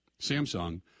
Samsung